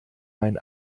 mein